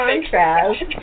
contrast